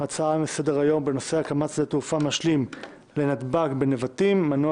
הצעה לסדר-היום בנושא "הקמת שדה תעופה משלים לנתב"ג בנבטים מנוע